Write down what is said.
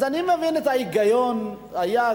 אז אני מבין את ההיגיון שהיה,